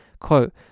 Quote